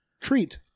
treat